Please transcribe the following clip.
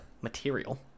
Material